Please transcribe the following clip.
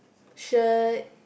shirt